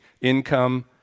income